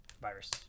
Virus